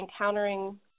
encountering